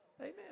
Amen